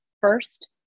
first